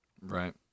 Right